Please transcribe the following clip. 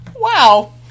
Wow